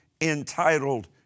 entitled